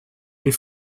les